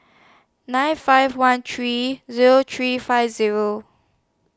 nine five one three Zero three five Zero